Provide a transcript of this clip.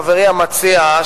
חברי המציע,